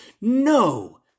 No